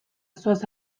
zoaz